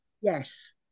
Yes